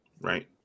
Right